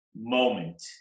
moment